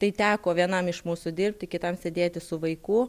tai teko vienam iš mūsų dirbti kitam sėdėti su vaiku